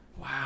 Wow